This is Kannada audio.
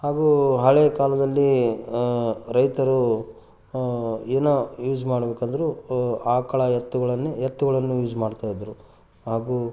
ಹಾಗೂ ಹಳೆಯ ಕಾಲದಲ್ಲಿ ರೈತರು ಏನೇ ಯೂಸ್ ಮಾಡ್ಬೇಕಂದ್ರೂ ಆಕಳ ಎತ್ತುಗಳನ್ನೇ ಎತ್ತುಗಳನ್ನು ಯೂಸ್ ಮಾಡ್ತಾಯಿದ್ದರು ಹಾಗು